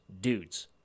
dudes